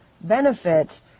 benefit